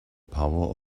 power